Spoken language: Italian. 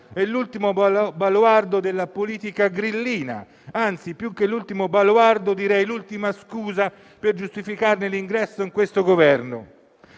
è l'ultimo baluardo della politica grillina; anzi, più che l'ultimo baluardo direi l'ultima scusa per giustificarne l'ingresso in questo Governo.